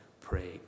pray